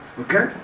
Okay